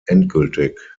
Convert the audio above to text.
endgültig